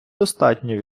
достатньо